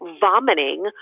vomiting